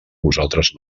vosaltres